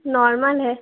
normal ہے